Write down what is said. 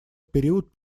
период